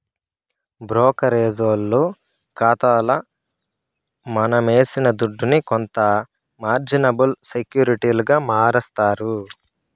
బ్రోకరేజోల్లు కాతాల మనమేసిన దుడ్డుని కొంత మార్జినబుల్ సెక్యూరిటీలుగా మారస్తారు